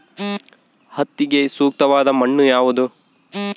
ಹತ್ತಿಗೆ ಸೂಕ್ತವಾದ ಮಣ್ಣು ಯಾವುದು?